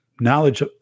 knowledge